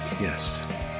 yes